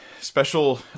special